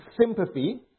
sympathy